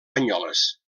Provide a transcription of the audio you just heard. banyoles